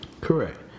Correct